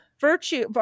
virtue